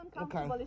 Okay